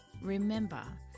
remember